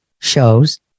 shows